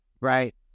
Right